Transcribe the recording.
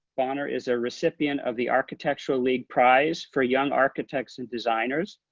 bonner is a recipient of the architectural league prize for young architects and designers,